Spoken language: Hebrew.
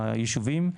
ליישובים,